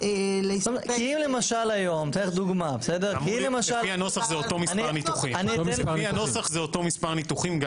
להסתפק --- לפי הנוסח זה אותו מספר ניתוחים.